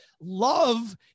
love